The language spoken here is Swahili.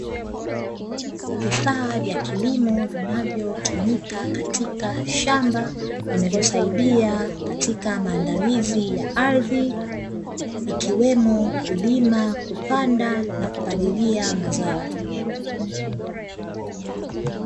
Vifaa vya kilimo vinavyotumika katika shamba, vinavyosaidia katika maandalizi ya ardhi; ikiwemo kulima, kupanda, na kupalilia mazao.